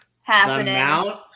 happening